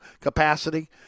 capacity